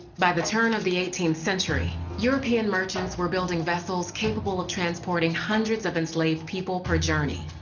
by the turn of the eighteenth century, european merchants were building vessels capable of transporting hundreds of enslaved people per journey.